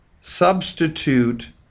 substitute